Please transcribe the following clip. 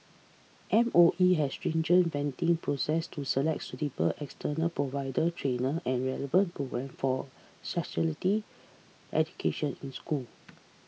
M O E has a stringent vetting process to select suitable external provider trainer and relevant programme for sexuality education in school